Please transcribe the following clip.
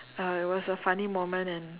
uh it was a funny moment and